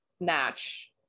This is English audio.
match